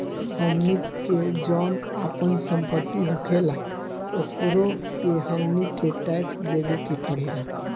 हमनी के जौन आपन सम्पति होखेला ओकरो पे हमनी के टैक्स देबे के पड़ेला